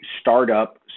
startup